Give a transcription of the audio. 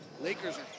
Lakers